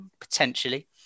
Potentially